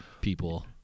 People